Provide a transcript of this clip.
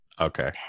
Okay